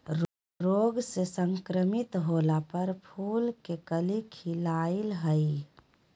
रोग से संक्रमित होला पर फूल के कली खिलई हई